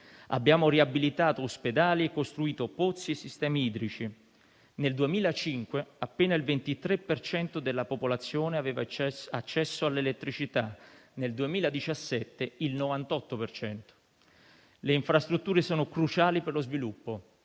Abbiamo riabilitato ospedali e costruito pozzi e sistemi idrici. Nel 2005 appena il 23 per cento della popolazione aveva accesso all'elettricità, nel 2017 il 98 per cento. Le infrastrutture sono cruciali per lo sviluppo,